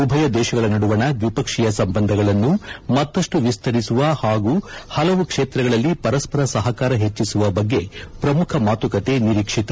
ಉಭಯ ದೇಶಗಳ ನಡುವಣ ದ್ವಿಪಕ್ಷೀಯ ಸಂಬಂಧಗಳನ್ನು ಮತ್ತಷ್ಟು ವಿಸ್ತರಿಸುವ ಹಾಗೂ ಹಲವು ಕ್ಷೇತ್ರಗಳಲ್ಲಿ ಪರಸ್ವರ ಸಹಕಾರ ಹೆಚ್ಚಿಸುವ ಬಗ್ಗೆ ಪ್ರಮುಖ ಮಾತುಕತೆ ನಿರೀಕ್ಷಿತ